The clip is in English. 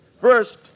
First